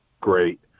great